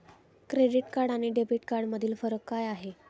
Credit card आणि debit कार्डमधील फरक काय आहे?